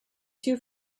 two